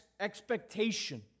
expectation